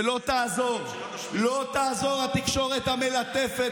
ולא תעזור התקשורת המלטפת,